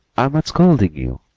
i am not scolding you,